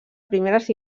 primeres